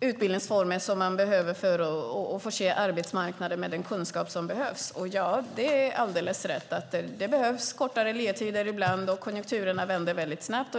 utbildningsformen som man behöver för att förse arbetsmarknaden med den kunskap som behövs. Det är alldeles rätt att det ibland behövs kortare ledtider. Konjunkturerna vänder väldigt snabbt.